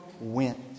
went